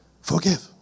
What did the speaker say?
Forgive